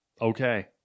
Okay